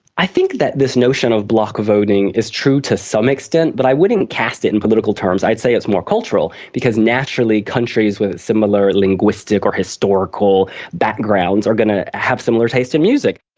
i think that this notion of block voting is true to some extent, but i wouldn't cast it in political terms, i would say it's more cultural because naturally countries with a similar linguistic or historical backgrounds are going to have similar taste in music.